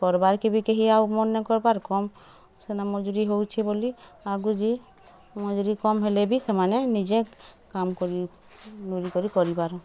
କର୍ବାରକେ ବି କେହି ଆଉ ମନ୍ ନାଇଁ କର୍ବାର୍ କମ୍ ସିନା ମଜୁରୀ ହଉଛେ ବୋଲି ଆଗୁ ଯେ ମଜୁରୀ କମ୍ ହେଲେ ବି ସେମାନେ ନିଜେ କାମ୍ କରି ବୋଲିକରି କରିପାରନ୍